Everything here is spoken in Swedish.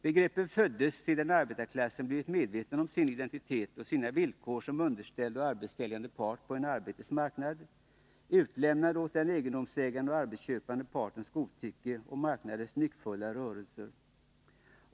Begreppen föddes sedan arbetarklassen blivit medveten om sin identitet och sina villkor som underställd och arbetssäljande part på en arbetets marknad, utlämnad åt den egendomsägande och arbetsköpande partens godtycke och marknadens nyckfulla rörelser.